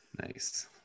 Nice